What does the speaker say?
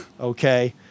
okay